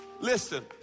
Listen